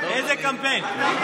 איזה קמפיין?